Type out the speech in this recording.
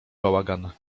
bałagan